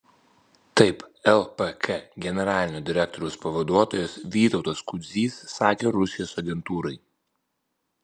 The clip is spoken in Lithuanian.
taip lpk generalinio direktoriaus pavaduotojas vytautas kudzys sakė rusijos agentūrai